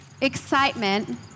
excitement